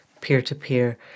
peer-to-peer